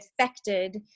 affected